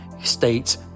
states